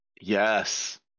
Yes